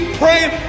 praying